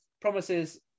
promises